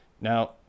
Now